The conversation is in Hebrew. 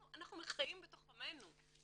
אנחנו חיים בתוך עמנו.